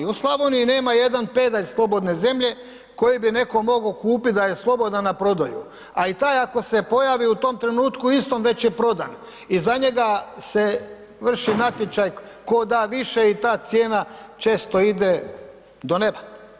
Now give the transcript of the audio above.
U Slavoniji nema jedan pedalj slobodne zemlje koji bi netko mogao kupiti da je slobodan, a prodao ju, a i taj ako se pojavi u tom trenutku istom već je prodan i za njega se vrši natječaj tko da više i ta cijena često ide do neba.